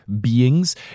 beings